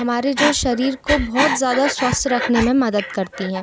हमारे जो शरीर को बहुत ज़्यादा स्वस्थ रखने में मदद करती हैं